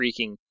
freaking